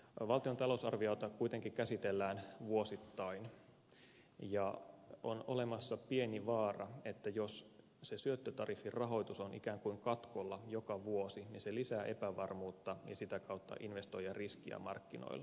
valtion talousarviota kuitenkin käsitellään vuosittain ja on olemassa pieni vaara että jos se syöttötariffin rahoitus on ikään kuin katkolla joka vuosi niin se lisää epävarmuutta ja sitä kautta investoijan riskiä markkinoilla